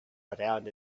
around